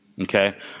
okay